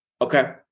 Okay